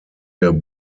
der